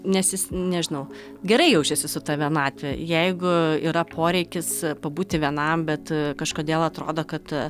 nes jis nežinau gerai jaučiasi su ta vienatve jeigu yra poreikis pabūti vienam bet kažkodėl atrodo kad